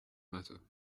matter